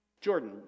Jordan